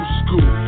school